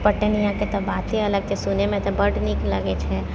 पटनाके तऽ बाते अलग छै सुनैमे तऽ बड्ड नीक लगै छै